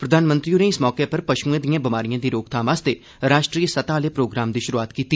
प्रघानमंत्री होरें इस मौके उप्पर पशुए दिए बमारिये दी रोकथाम आस्तै राष्ट्रीय स्तह आह्ले प्रोग्राम दी शुरूआत कीती